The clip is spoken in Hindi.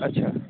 अच्छा